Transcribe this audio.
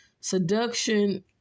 seduction